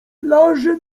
plaże